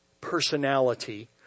personality